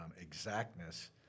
exactness